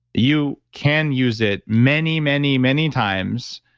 you can use it many, many, many times.